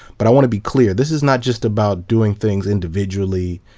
but i want to be clear, this is not just about doing things individually,